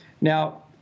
Now